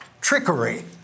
trickery